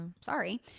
Sorry